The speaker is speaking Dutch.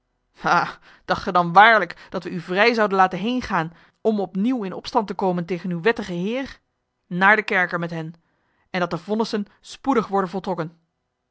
ha dacht ge dan waarlijk dat we u vrij zouden laten heengaan om opnieuw in opstand te komen tegen uw wettigen heer naar den kerker met hen en dat de vonnissen spoedig worden voltrokken